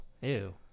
Ew